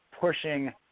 pushing